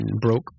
broke